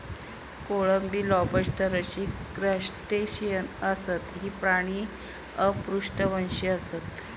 कोळंबी, लॉबस्टर अशी क्रस्टेशियन आसत, हे प्राणी अपृष्ठवंशी आसत